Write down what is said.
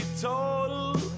total